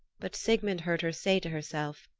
but sigmund heard her say to herself,